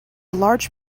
large